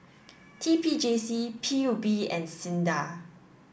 T P J C P U B and SINDA